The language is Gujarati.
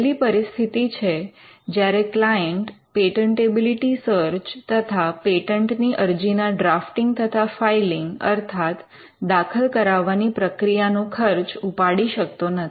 પહેલી પરિસ્થિતિ છે જ્યારે ક્લાયન્ટ પેટન્ટેબિલિટી સર્ચ તથા પેટન્ટની અરજી ના ડ્રાફ્ટીંગ તથા ફાઇલિંગ અર્થાત દાખલ કરાવવાની પ્રક્રિયા નો ખર્ચ ઉપાડી શકતો નથી